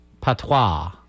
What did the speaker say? patois